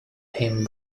him